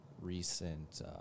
recent